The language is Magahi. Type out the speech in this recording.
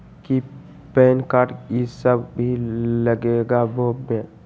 कि पैन कार्ड इ सब भी लगेगा वो में?